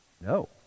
no